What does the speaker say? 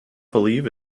believe